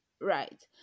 right